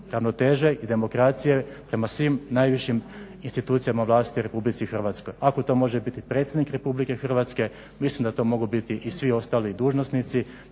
ravnoteže i demokracije prema svim najvišim institucijama vlasti u RH. Ako to može biti Predsjednik Republike Hrvatske, mislim da to mogu biti i svi ostali dužnosnici,